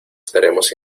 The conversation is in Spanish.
estaremos